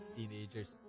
Teenagers